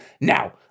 now